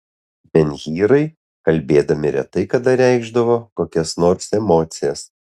menhyrai kalbėdami retai kada reikšdavo kokias nors emocijas